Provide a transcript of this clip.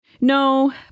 No